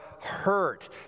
hurt